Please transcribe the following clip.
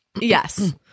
Yes